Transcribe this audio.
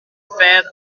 fed